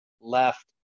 left